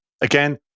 again